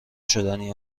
شدنی